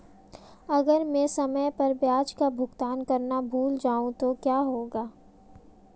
अगर मैं समय पर ब्याज का भुगतान करना भूल जाऊं तो क्या होगा?